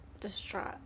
distraught